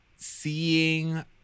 seeing